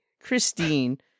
Christine